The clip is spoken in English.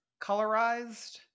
colorized